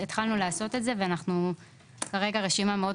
התחלנו לעשות את זה וכרגע זו רשימה מאוד